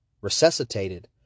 Resuscitated